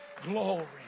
glory